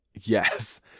yes